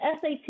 SAT